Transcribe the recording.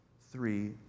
Three